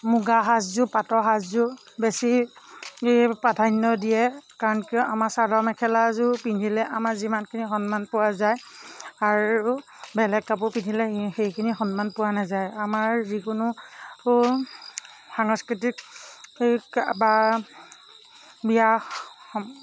মুগা সাজযোৰ পাটৰ সাজযোৰ বেছি প্ৰাধান্য দিয়ে কাৰণ কিয় আমাৰ চাদৰ মেখেলাযোৰ পিন্ধিলে আমাৰ যিমান সন্মান পোৱা যায় আৰু বেলেগ কাপোৰ পিন্ধিলে সেইখিনি সন্মান পোৱা নাযায় আমাৰ যিকোনো সাংস্কৃতিক বা বিয়া